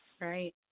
Right